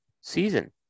Season